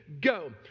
Go